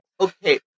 okay